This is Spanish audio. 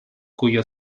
cuyo